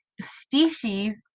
species